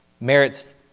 merits